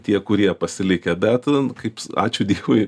tie kurie pasilikę bet kaip ačiū dievui